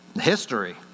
history